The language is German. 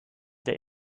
der